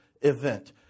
event